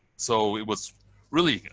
so it was really